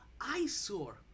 eyesore